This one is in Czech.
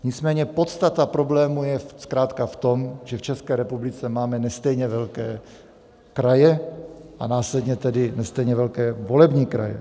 Nicméně podstata problému je zkrátka v tom, že v České republice máme nestejně velké kraje, a následně tedy nestejně velké volební kraje.